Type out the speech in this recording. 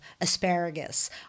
asparagus